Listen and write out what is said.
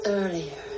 earlier